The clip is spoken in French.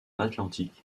atlantique